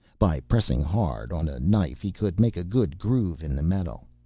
by pressing hard on a knife he could make a good groove in the metal.